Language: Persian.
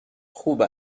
خوب